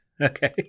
Okay